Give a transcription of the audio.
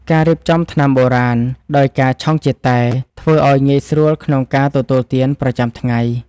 ការរៀបចំថ្នាំបុរាណដោយការឆុងជាតែ ធ្វើឱ្យងាយស្រួលក្នុងការទទួលទានប្រចាំថ្ងៃ។